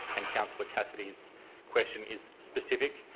and councillor cassidy's question is specific.